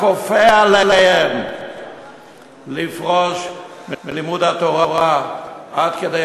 הכופה עליהם לפרוש מלימוד התורה עד כדי